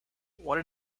what